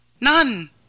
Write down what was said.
None